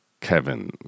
Kevin